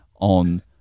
on